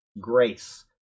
grace